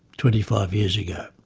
twenty five years ago.